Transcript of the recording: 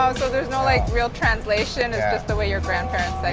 um so there's no like real translation, it's just the way your grandparents said